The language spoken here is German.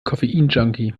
koffeinjunkie